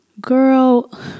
girl